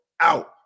out